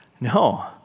No